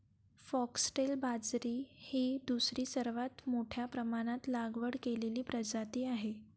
foxtail बाजरी ही दुसरी सर्वात मोठ्या प्रमाणात लागवड केलेली प्रजाती आहे